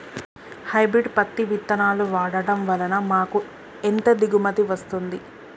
Hybrid పత్తి విత్తనాలు వాడడం వలన మాకు ఎంత దిగుమతి వస్తుంది?